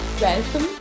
Welcome